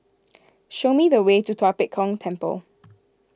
show me the way to Tua Pek Kong Temple